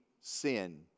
sin